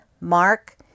Mark